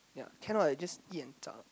ya can lor I just eat and zao